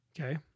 Okay